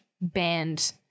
band